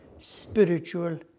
spiritual